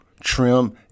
trim